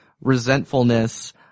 resentfulness